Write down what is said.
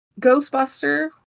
Ghostbuster